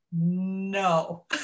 no